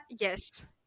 Yes